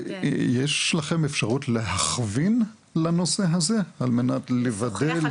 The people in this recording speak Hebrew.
יש לכם אפשרות להכווין לנושא הזה על מנת לוודא,